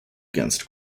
against